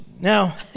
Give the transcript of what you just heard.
Now